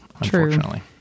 unfortunately